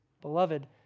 Beloved